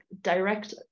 direct